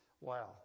Wow